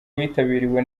witabiriwe